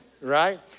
right